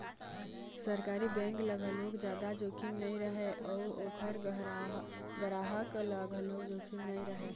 सरकारी बेंक ल घलोक जादा जोखिम नइ रहय अउ ओखर गराहक ल घलोक जोखिम नइ रहय